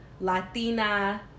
Latina